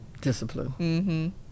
discipline